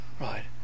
Right